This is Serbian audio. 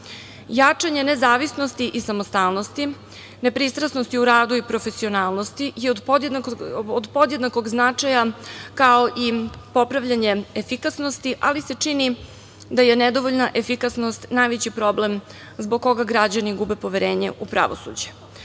Jačanje nezavisnosti i samostalnosti, nepristrasnost u radu i profesionalnost su od podjednakog značaja kao i popravljanje efikasnosti, ali se čini da je nedovoljna efikasnost najveći problem zbog koga građani gube poverenje u pravosuđe.